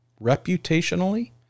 reputationally